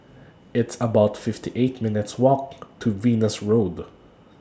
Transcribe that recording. It's about fifty eight minutes' Walk to Venus Road